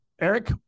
eric